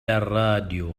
الراديو